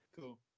Cool